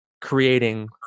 creating